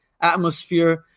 atmosphere